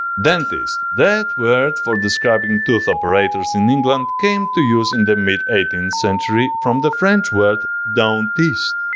dentist that word for describing tooth operators in england, came to use in the mid eighteenth century, from the french word dentiste,